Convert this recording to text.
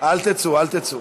אל תצאו, אל תצאו.